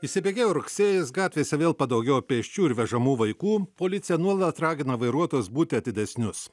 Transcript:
įsibėgėjo rugsėjis gatvėse vėl padaugėjo pėsčių ir vežamų vaikų policija nuolat ragina vairuotojus būti atidesnius